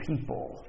people